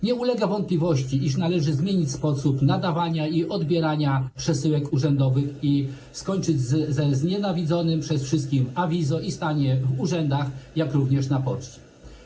Nie ulega wątpliwości, iż należy zmienić sposób nadawania i odbierania przesyłek urzędowych i skończyć ze znienawidzonym przez wszystkich awizo i staniem w urzędach, jak również na poczcie.